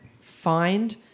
find